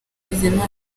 bizimana